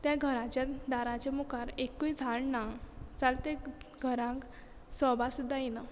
त्या घराच्या दाराच्या मुखार एकूय झाड ना जाल्यार ते घरांक सोबा सुद्दां येना